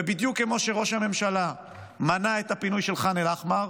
ובדיוק כמו שראש הממשלה מנע את הפינוי של ח'אן אל-אחמר,